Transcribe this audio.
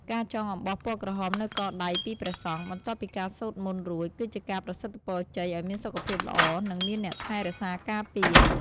ការចងអំបោះពណ៌ក្រហមនៅកដៃពីព្រះសង្ឃ បន្ទាប់ពីការសូត្រមន្តរួច គឺជាការប្រសិទ្ធពរជ័យឱ្យមានសុខភាពល្អ និងមានអ្នកថែរក្សាការពារ។